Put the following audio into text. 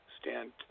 stand